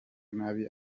nabi